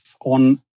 on